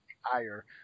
higher